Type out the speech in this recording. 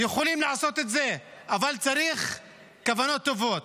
יכולים לעשות את זה, אבל צריך כוונות טובות.